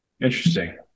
Interesting